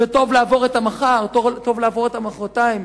זה טוב לעבור את המחר, טוב לעבור את מחרתיים,